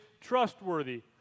trustworthy